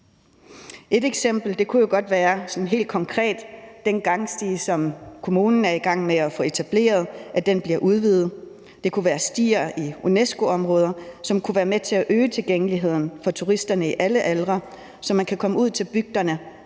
sådan helt konkret, at den gangsti, som kommunen er i gang med at få etableret, bliver udvidet. Det kunne være stier i UNESCO-områder, som kunne være med til at øge tilgængeligheden for turisterne i alle aldre, så man kan komme ud til bygderne